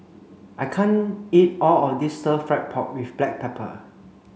I can't eat all of this stir fried pork with black pepper